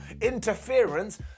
interference